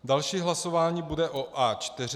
Další hlasování bude o A4.